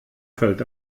fällt